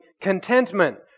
contentment